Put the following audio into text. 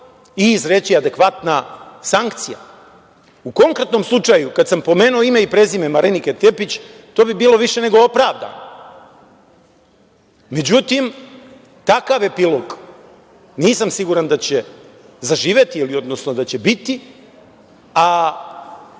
i izreći adekvatna sankcija.U konkretnom slučaju kada sam pomenuo ime i prezime Marinike Tepić to bi bilo više nego opravdano. Međutim, takav epilog nisam siguran da će zaživeti, odnosno da će biti, a